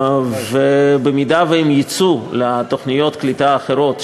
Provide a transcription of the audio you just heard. במידה שהם יצאו לתוכניות קליטה אחרות,